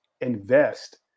invest